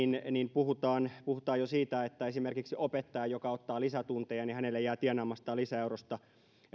puhutaan puhutaan jo siitä että esimerkiksi opettajalle joka ottaa lisätunteja jää tienaamastaan lisäeurosta